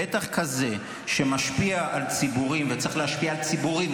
בטח כזה שמשפיע על ציבורים וצריך להשפיע על ציבורים,